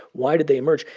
why did they emerge?